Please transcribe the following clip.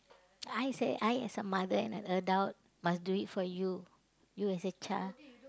I as I as a mother and an adult must do it for you you as a child